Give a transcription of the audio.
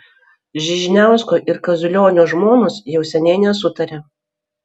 žižniausko ir kaziulionio žmonos jau seniai nesutaria